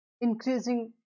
increasing